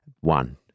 One